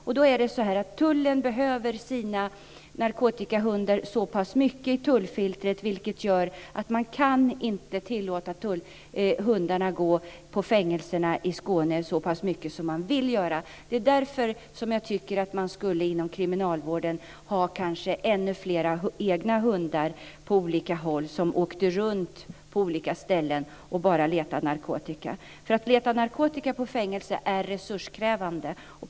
Det är bara det att tullen behöver sina narkotikahundar så pass mycket i tullfiltret att man inte kan tillåta hundarna att gå på fängelserna i Skåne så mycket som man vill göra. Det är därför jag tycker att man inom kriminalvården skulle ha ännu fler egna hundar som åkte runt på olika ställen och bara letade narkotika. Att leta narkotika på fängelser är resurskrävande.